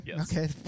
Okay